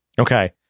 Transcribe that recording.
Okay